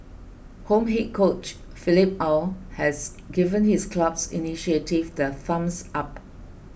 home head coach Philippe Aw has given his club's initiative the thumbs up